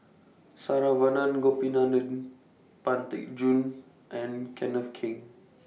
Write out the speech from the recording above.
Saravanan Gopinathan Pang Teck Joon and Kenneth Keng